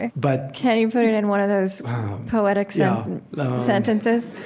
but, can you put it in one of those poetic so sentences?